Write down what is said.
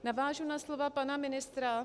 Navážu na slova pana ministra.